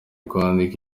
kwandika